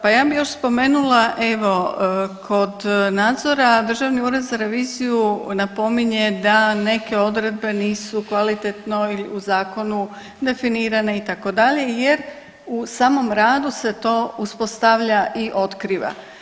Pa ja bi još spomenula evo kod nadzora državni ured za reviziju napominje da neke odredbe nisu kvalitetno u zakonu definirane itd. jer u samom radu se to uspostavlja i otkriva.